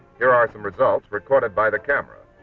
here are some results recorded by the camera.